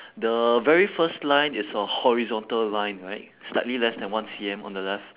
the very first line is a horizontal line right slightly less than one C_M on the left